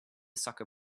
soccer